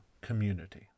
community